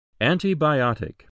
Antibiotic